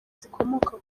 zikomoka